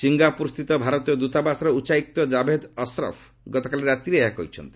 ସିଙ୍ଗାପୁରସ୍ଥିତ ଭାରତୀୟ ଦୂତାବାସର ଉଚ୍ଚାୟୁକ୍ତ ଜାଭେଦ୍ ଅସ୍ରଫ୍ ଗତକାଲି ରାତିରେ ଏହା କହିଛନ୍ତି